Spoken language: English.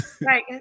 Right